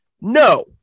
no